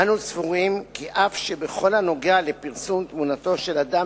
אנו סבורים כי אף שבכל הנוגע לפרסום תמונתו של אדם